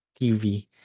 TV